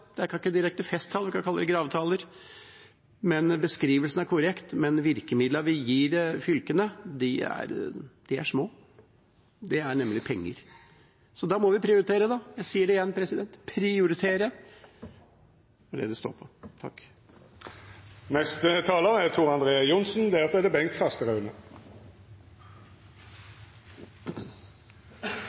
det er ikke akkurat direkte festtaler, vi kan kalle det gravtaler – og beskrivelsen er korrekt, men virkemidlene vi gir fylkene, er små. Det er nemlig penger. Da må vi prioritere. Jeg sier det igjen: prioritere – det er det det står på. Det er